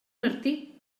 martí